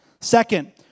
Second